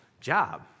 job